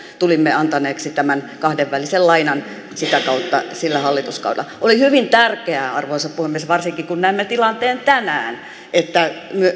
tulimme antaneeksi tämän kahdenvälisen lainan sitä kautta sillä hallituskaudella oli hyvin tärkeää arvoisa puhemies varsinkin kun näemme tilanteen tänään että